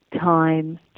time